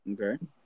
Okay